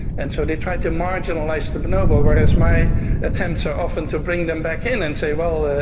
and so they try to marginalise the bonobo, whereas my attempts are often to bring them back in and say, well,